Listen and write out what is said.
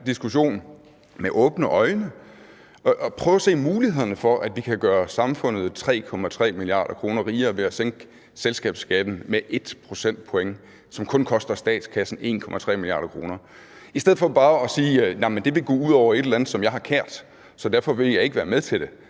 diskussion med åbne øjne og prøve at se mulighederne for, at vi kan gøre samfundet 3,3 mia. kr. rigere ved at sænke selskabsskatten med 1 procentpoint, som kun koster statskassen 1,3 mia. kr. I stedet for bare at sige, at det vil gå ud over et eller andet, som ministeren har kært, så derfor vil han ikke være med til det,